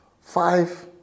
five